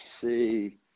see